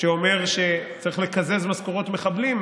שאומר שצריך לקזז משכורות מחבלים.